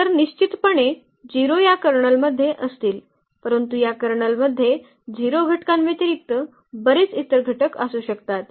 तर निश्चितपणे 0 या कर्नलमध्ये असतील परंतु या कर्नलमध्ये 0 घटकांव्यतिरिक्त बरेच इतर घटक असू शकतात